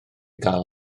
gael